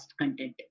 content